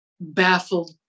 baffled